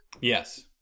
Yes